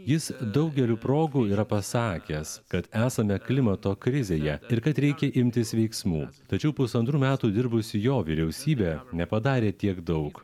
jis daugeliu progų yra pasakęs kad esame klimato krizėje ir kad reikia imtis veiksmų tačiau pusantrų metų dirbusi jo vyriausybė nepadarė tiek daug